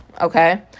okay